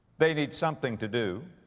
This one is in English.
they need something to do.